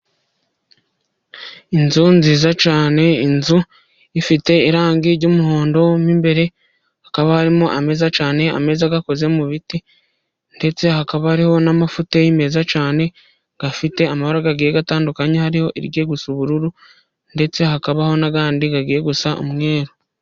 Inzu nziza cyane, inzu ifite irangi ry'umuhondo. Imbere hakaba harimo ameza cyane, ameza akoze mu biti ndetse hakaba ariho n'amafutayi meza cyane afite amabara agiye atandukanye. Hariho irigiye gusa ubururu ndetse hakabaho n'andi agiye gusa umweru.